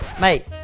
Mate